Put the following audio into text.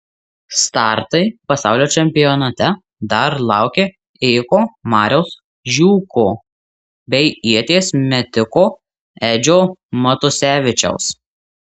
startai pasaulio čempionate dar laukia ėjiko mariaus žiūko bei ieties metiko edžio matusevičiaus